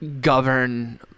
govern